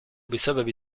بسبب